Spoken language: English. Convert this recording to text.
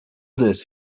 this